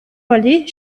валли